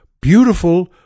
beautiful